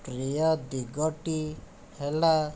ପ୍ରିୟ ଦିଗଟି ହେଲା